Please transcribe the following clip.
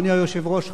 אדוני היושב-ראש,